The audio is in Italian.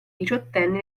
diciottenni